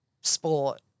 sport